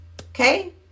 okay